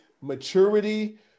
maturity